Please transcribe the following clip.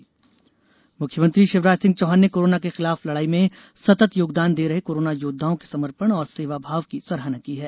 CM corona मुख्यमंत्री शिवराज सिंह चौहान ने corona के खिलाफ लड़ाई में सतत योगदान दे रहे कोरोना योद्वाओं के समर्पण और सेवाभाव की सराहना की है